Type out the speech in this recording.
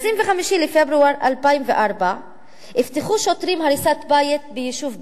ב-25 בפברואר 2004 אבטחו שוטרים הריסת בית ביישוב בענה.